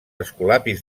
escolapis